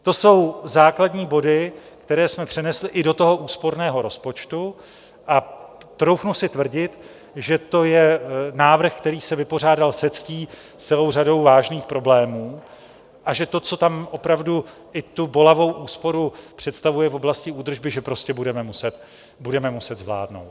To jsou základní body, které jsme přenesli i do toho úsporného rozpočtu, a troufnu si tvrdit, že to je návrh, který se vypořádal se ctí s celou řadou vážných problémů, a že to, co tam opravdu i tu bolavou úsporu představuje v oblasti údržby, prostě budeme muset zvládnout.